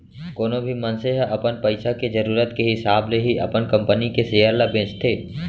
कोनो भी मनसे ह अपन पइसा के जरूरत के हिसाब ले ही अपन कंपनी के सेयर ल बेचथे